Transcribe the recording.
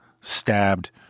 stabbed